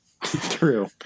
True